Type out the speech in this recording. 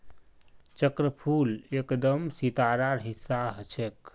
चक्रफूल एकदम सितारार हिस्सा ह छेक